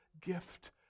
gift